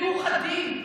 מאוחדים.